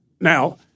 Now